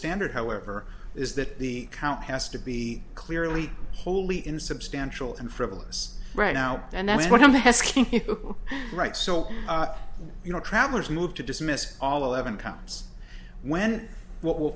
standard however is that the count has to be clearly wholly insubstantial and frivolous right now and that's what i'm asking you right so you know travelers move to dismiss all eleven comes when w